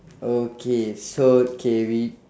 okay so K we